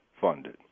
funded